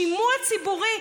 שימוע ציבורי,